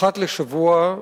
אחת לשבוע,